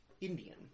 Indian